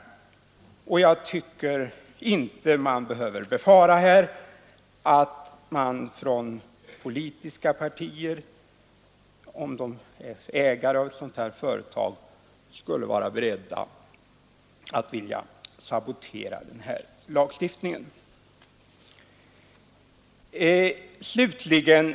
Jag anser inte att det finns anledning att befara att man i politiska partier, om dessa är ägare av ett sådant här företag, skulle vara beredd att sabotera lagstiftningen på detta område.